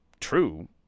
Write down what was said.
true